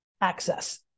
access